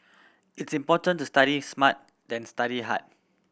it's important to study smart than study hard